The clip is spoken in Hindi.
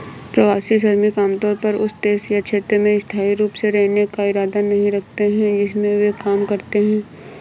प्रवासी श्रमिक आमतौर पर उस देश या क्षेत्र में स्थायी रूप से रहने का इरादा नहीं रखते हैं जिसमें वे काम करते हैं